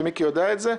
ומיקי יודע את זה,